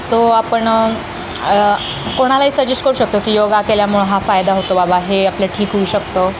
so आपण कोणालाही suggest करू शकतो की योगा केल्यामुळे हा फायदा होतो बाबा हे आपलं ठीक होऊ शकतो